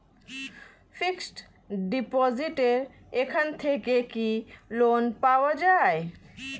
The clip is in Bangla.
ফিক্স ডিপোজিটের এখান থেকে কি লোন পাওয়া যায়?